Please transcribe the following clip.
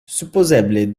supozeble